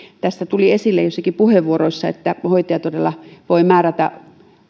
tässä tuli esille joissakin puheenvuoroissa että hoitaja todella voi määrätä